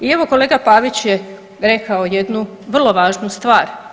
I evo kolega Pavić je rekao jednu vrlo važnu stvar.